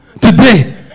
today